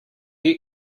you